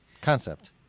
concept